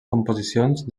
composicions